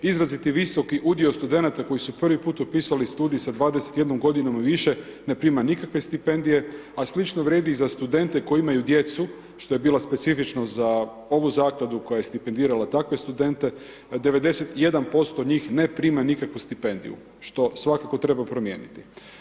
Izrazito je visoki udio studenata koji su prvi put upisali studij sa 21 g. i više, ne prima nikakve stipendije a slično vrijedi i za studente koji imaju djecu što je bila specifičnost za ovu zakladu koja je stipendirala takve studente, 91% njih ne prima nikakvu stipendiju što svakako treba promijeniti.